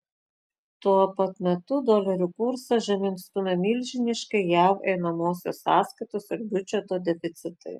tuo pat metu dolerio kursą žemyn stumia milžiniški jav einamosios sąskaitos ir biudžeto deficitai